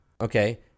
okay